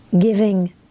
giving